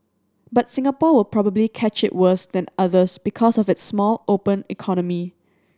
but Singapore will probably catch it worse than others because of its small open economy